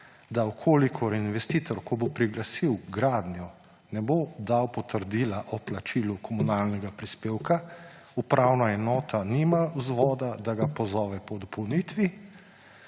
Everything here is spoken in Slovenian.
da če investitor, ko bo priglasil gradnjo, ne bo dal potrdila o plačilu komunalnega prispevka, upravna enota nima vzvoda, da ga pozove k dopolnitvi,